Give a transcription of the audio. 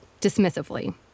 dismissively